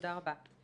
תודה רבה.